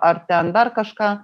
ar ten dar kažką